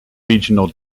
regional